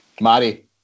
Mari